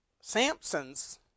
Samson's